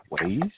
ways